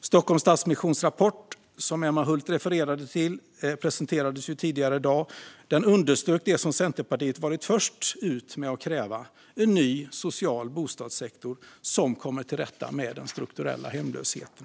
Stockholm Stadsmissions rapport, som Emma Hult refererade till, presenterades tidigare i dag. Den underströk det som Centerpartiet varit först ut med att kräva: en ny social bostadssektor som kommer till rätta med den strukturella hemlösheten.